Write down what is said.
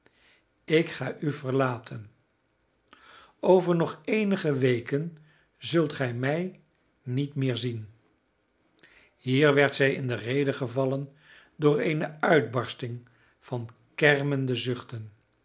ik ga u verlaten over nog eenige weken zult gij mij niet meer zien hier werd zij in de rede gevallen door eene uitbarsting van kermende zuchten